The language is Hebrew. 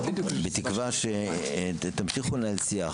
בתקווה שתמשיכו לנהל שיח,